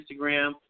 Instagram